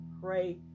pray